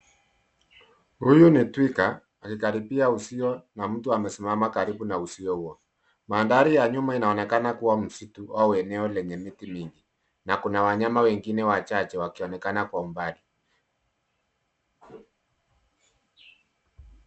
Huyu ni twiga akikaribia uzio namtu amesimama karibu na uzio huo. Mandhari ya nyuma inaonekana kuwa msitu au eneo lenye miti mini na kuna wanya wengine wachache wakionekana kwa umbali.